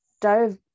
dove